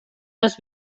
les